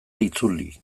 itzuli